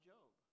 Job